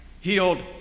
healed